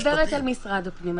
אני מדברת על משרד הפנים.